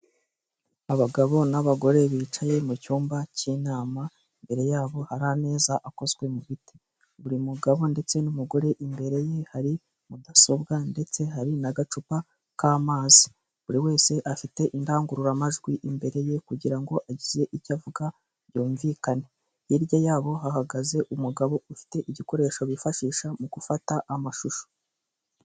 Abagabo n'abagore bicaye mu cyumba cy'inama imbere yabo hari ameza akozwe mu giti buri mugabo ndetse n'umugore imbere ye hari mudasobwa ndetse hari n'agacupa k'amazi buri wese afite indangururamajwi imbere ye kugira ngo agize icyo avuga byumvikane hirya yabo hahagaze umugabo ufite igikoresho bifashisha mu gufata amashusho .